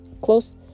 close